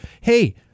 hey